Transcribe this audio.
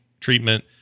treatment